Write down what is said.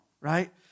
right